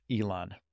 elon